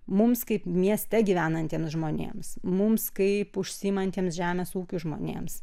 mums kaip mieste gyvenantiems žmonėms mums kaip užsiimantiems žemės ūkiu žmonėms